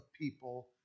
people